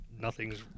nothing's